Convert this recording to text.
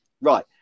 Right